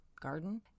garden